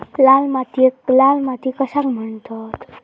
लाल मातीयेक लाल माती कशाक म्हणतत?